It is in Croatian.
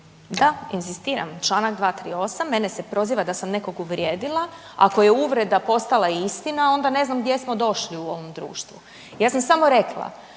Da, inzistiram. Članak 238. mene se proziva da sam nekog uvrijedila. Ako je uvreda postala istina, onda ne znam gdje smo došli u ovom društvu. Ja sam samo rekla